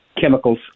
chemicals